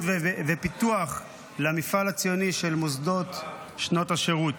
ופיתוח למפעל הציוני של מוסדות שנות השירות.